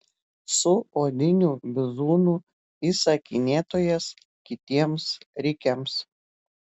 su odiniu bizūnu įsakinėtojas kitiems rikiams